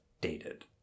dated